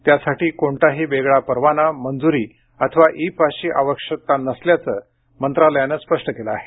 त्यासाठी कोणताही वेगळा परवाना मंजुरी अथवा इ पासची आवश्यकता नसल्याचं मंत्रालयानं स्पष्ट केलं आहे